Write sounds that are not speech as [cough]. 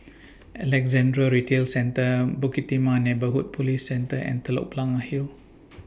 Alexandra Retail Centre Bukit Timah Neighbourhood Police Centre and Telok Blangah Hill [noise]